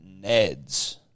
Neds